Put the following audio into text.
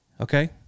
Okay